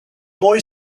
boy